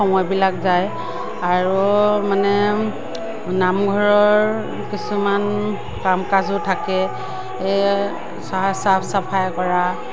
সময়বিলাক যায় আৰু মানে নামঘৰৰ কিছুমান কাম কাজো থাকে এই চাৰ চাফ চফাই কৰা